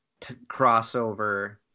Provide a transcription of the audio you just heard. crossover